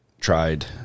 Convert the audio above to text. tried